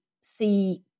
see